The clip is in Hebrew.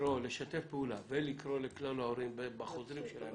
לקרוא לשתף פעולה ולקרוא לכלל ההורים בחוזרים שלהם,